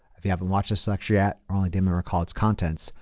if you haven't watched section yet or only dimly recall its contents,